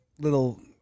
little